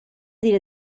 زیر